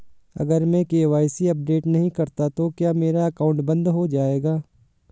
अगर मैं KYC update नहीं करता तो क्या मेरा अकाउंट बंद हो जाएगा?